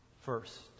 first